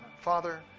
Father